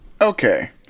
Okay